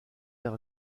ère